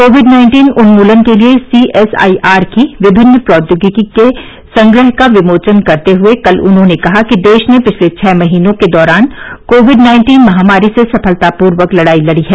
Covid nineteen उन्मूलन के लिए सीएसआईआर की विभिन्न प्रौद्योगिकी के संग्रह का विमोचन करते हुए कल उन्होंने कहा कि देश ने पिछले छः महीनों के दौरान कोविड नाइन्टीन महामारी से सफलतापूर्वक लड़ाई लड़ी है